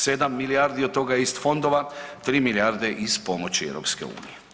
7 milijardi od toga je iz fondova, 3 milijardi iz pomoći EU.